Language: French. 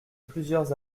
plusieurs